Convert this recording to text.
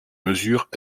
mesures